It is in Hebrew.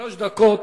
שלוש דקות.